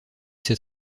ses